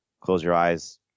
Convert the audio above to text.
close-your-eyes